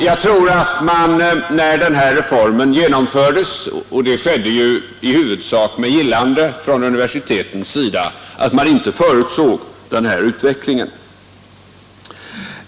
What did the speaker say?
Jag tror att man när den här reformen genomfördes — och det skedde ju i huvudsak med gillande från universitetens sida — inte förutsåg denna utveckling.